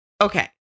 Okay